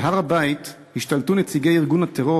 בהר-הבית השתלטו נציגי ארגון הטרור